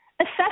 Assess